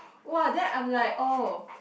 !wah! then I'm like oh